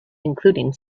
including